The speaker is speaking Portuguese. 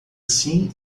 sim